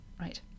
right